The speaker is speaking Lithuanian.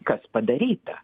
kas padaryta